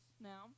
now